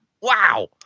Wow